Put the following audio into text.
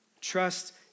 Trust